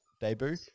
debut